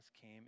came